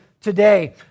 today